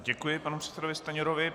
Děkuji panu předsedovi Stanjurovi.